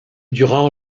durant